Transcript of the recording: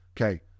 Okay